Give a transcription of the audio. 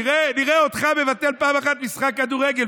נראה אותך מבטל פעם אחת משחק כדורגל,